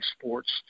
sports